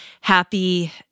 happy